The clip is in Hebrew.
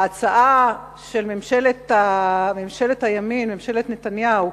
ההצעה של ממשלת הימין, ממשלת נתניהו,